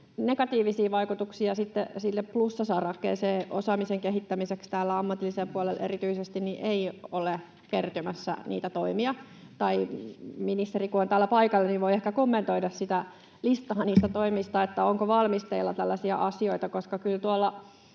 negatiivisia vaikutuksia, ja sitten sinne plussasarakkeeseen osaamisen kehittämiseksi täällä ammatillisella puolella erityisesti ei ole kertymässä toimia. Ministeri kun on täällä paikalla, hän voi ehkä kommentoida sitä listaa niistä toimista, että onko valmisteilla tällaisia asioita, koska kyllä tuolla